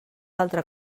altra